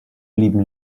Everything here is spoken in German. blieben